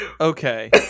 Okay